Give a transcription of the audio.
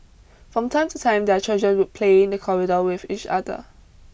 from time to time their children would play in the corridor with each other